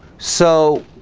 so